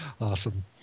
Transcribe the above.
awesome